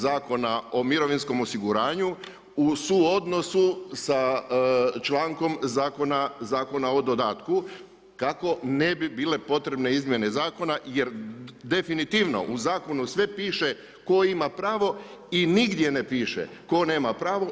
Zakona o mirovinskom osiguranju u suodnosu sa člankom Zakona o dodatku, kako ne bi bile potrebne izmjene zakona, jer definitivno u zakonu sve piše, tko ima pravo i nigdje ne piše tko nema pravo.